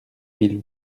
mille